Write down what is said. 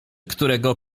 którego